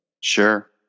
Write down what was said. Sure